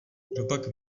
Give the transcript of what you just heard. kdopak